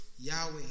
Yahweh